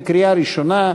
לקריאה ראשונה.